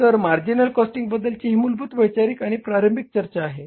तर marginal costing बद्दलची ही मूलभूत वैचारिक आणि प्रारंभिक चर्चा आहे